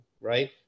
right